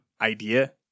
idea